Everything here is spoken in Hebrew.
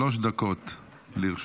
שלוש דקות לרשותך.